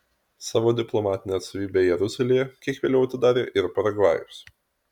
savo diplomatinę atstovybę jeruzalėje kiek vėliau atidarė ir paragvajus